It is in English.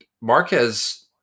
Marquez